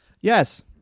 Yes